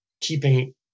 keeping